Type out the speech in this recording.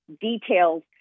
details